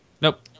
Nope